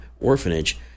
orphanage